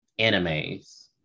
animes